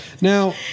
Now